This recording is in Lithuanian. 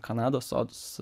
kanados sodus